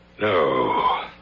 No